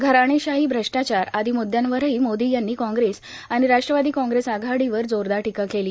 घराणेशाही भ्रष्टाचार आदी मुद्यांवरही मोदी यांनी कांग्रेस आणि राष्ट्रवादी कांग्रेस आघाडीवर जोरदार टीका केली